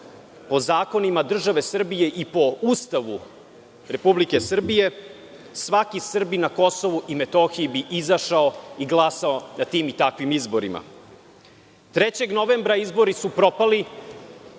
po zakonima države Srbije i po Ustavu Republike Srbije, svaki Srbin na Kosovu i Metohiji bi izašao i glasao na tim i takvim izborima. Izbori su propali